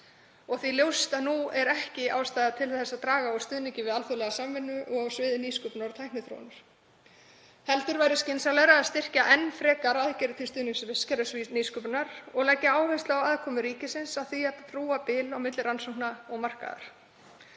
og því ljóst að nú er ekki ástæða til að draga úr stuðningi við alþjóðlega samvinnu og á sviði nýsköpunar og tækniþróunar. Þvert á móti væri skynsamlegra að styrkja enn frekar aðgerðir til stuðnings vistkerfis nýsköpunar og leggja áherslu á aðkomu ríkisins að því að brúa bil milli rannsókna og markaðar.